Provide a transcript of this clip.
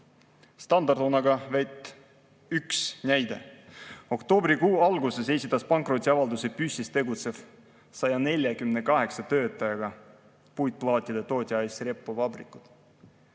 Standard on aga vaid üks näide. Oktoobrikuu alguses esitas pankrotiavalduse Püssis tegutsev 148 töötajaga puitplaatide tootja AS Repo Vabrikud.